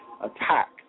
attack